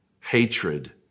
hatred